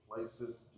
Places